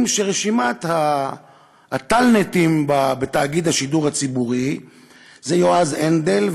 שרשימת הטאלנטים ברשימת התאגיד הציבורי זה יועז הנדל,